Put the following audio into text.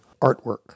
artwork